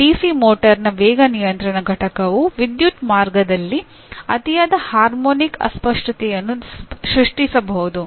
DC ಮೋಟರ್ನ ವೇಗ ನಿಯಂತ್ರಣ ಘಟಕವು ವಿದ್ಯುತ್ ಮಾರ್ಗದಲ್ಲಿ ಅತಿಯಾದ ಹಾರ್ಮೋನಿಕ್ ಅಸ್ಪಷ್ಟತೆಯನ್ನು ಸೃಷ್ಟಿಸಬಾರದು